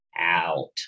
out